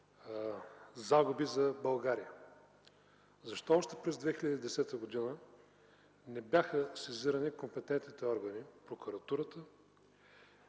загуби за България. Защо още през 2010 г. не бяха сезирани компетентните органи, прокуратурата,